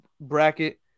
bracket